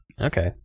Okay